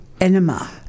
Enema